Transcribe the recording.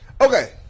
Okay